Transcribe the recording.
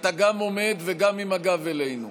אתה גם עומד וגם עם הגב אלינו.